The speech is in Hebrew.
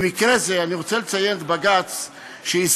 במקרה זה, אני רוצה לציין את הבג"ץ שהזכרת,